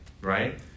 right